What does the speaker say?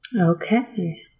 Okay